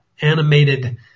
animated